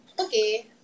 Okay